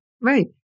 Right